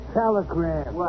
telegram